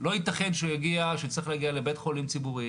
יצטרך להגיע לבית חולים ציבורי